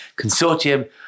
consortium